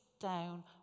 down